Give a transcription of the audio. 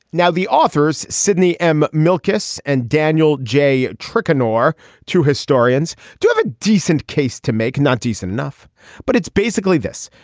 now the authors sidney m. milk's and daniel j. trickier nor to historians to have a decent case to make. not decent enough but it's basically this.